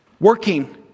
working